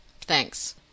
thanks